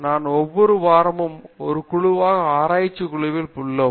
நான் ஒவ்வொரு வாரமும் ஒரு குழுவாக ஆராய்ச்சி குழுவில் உள்ளோம்